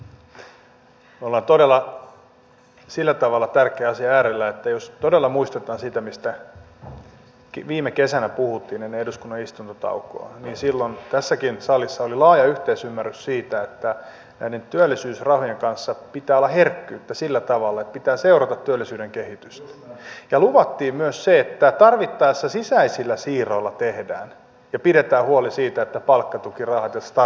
me olemme todella sillä tavalla tärkeän asian äärellä että jos todella muistetaan se mistä viime kesänä puhuttiin ennen eduskunnan istuntotaukoa niin silloin tässäkin salissa oli laaja yhteisymmärrys siitä että näiden työllisyysrahojen kanssa pitää olla herkkyyttä sillä tavalla että pitää seurata työllisyyden kehitystä ja luvattiin myös se että tarvittaessa sisäisillä siirroilla tehdään ja pidetään huoli siitä että palkkatukirahat ja starttirahat eivät lopu